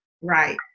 right